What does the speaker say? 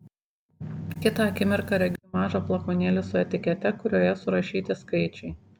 kitą akimirką regiu mažą flakonėlį su etikete kurioje surašyti skaičiai